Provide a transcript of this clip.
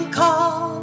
call